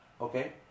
okay